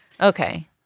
Okay